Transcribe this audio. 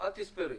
אל תספרי.